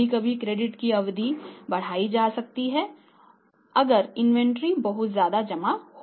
कभी कभी क्रेडिट की अवधि बढ़ाई जा सकती है अगर इन्वेंट्री बहुत ज्यादाजमा हो रहा हो